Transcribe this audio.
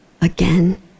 again